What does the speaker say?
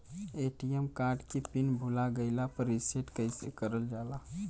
ATM card के pin भूला गइल बा रीसेट कईसे करल जाला?